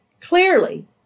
clearly